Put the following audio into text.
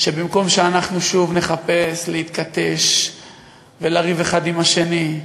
שבמקום שאנחנו שוב נחפש להתכתש ולריב אחד עם השני,